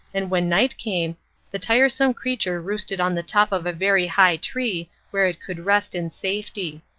and when night came the tiresome creature roosted on the top of a very high tree where it could rest in safety.